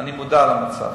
אני מודע למצב.